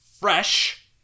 Fresh